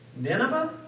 Nineveh